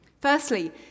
Firstly